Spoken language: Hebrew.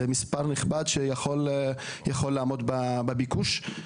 זה מספר נכבד, שיכול לעמוד בביקוש.